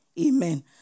Amen